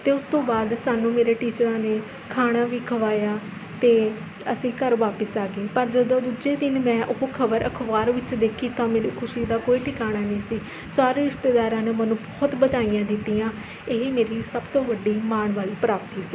ਅਤੇ ਉਸ ਤੋਂ ਬਾਅਦ ਸਾਨੂੰ ਮੇਰੇ ਟੀਚਰਾਂ ਨੇ ਖਾਣਾ ਵੀ ਖਵਾਇਆ ਅਤੇ ਅਸੀਂ ਘਰ ਵਾਪਸ ਆ ਗਏ ਪਰ ਜਦੋਂ ਦੂਜੇ ਦਿਨ ਮੈਂ ਉਹ ਖਬਰ ਅਖਬਾਰ ਵਿੱਚ ਦੇਖੀ ਤਾਂ ਮੇਰੀ ਖੁਸ਼ੀ ਦਾ ਕੋਈ ਟਿਕਾਣਾ ਨਹੀਂ ਸੀ ਸਾਰੇ ਰਿਸ਼ਤੇਦਾਰਾਂ ਨੇ ਮੈਨੂੰ ਬਹੁਤ ਵਧਾਈਆਂ ਦਿੱਤੀਆਂ ਇਹ ਮੇਰੀ ਸਭ ਤੋਂ ਵੱਡੀ ਮਾਣ ਵਾਲੀ ਪ੍ਰਾਪਤੀ ਸੀ